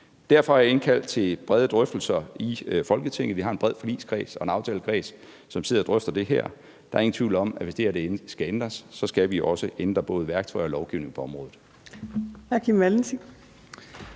Derfor har jeg indkaldt til brede drøftelser i Folketinget. Vi har en bred forligskreds og aftalekreds, som sidder og drøfter det her. Der er ingen tvivl om, at hvis det her skal ændres, skal vi også ændre både værktøjet og lovgivningen på området.